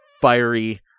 fiery